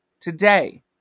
today